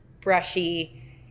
brushy